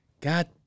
God